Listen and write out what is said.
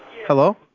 Hello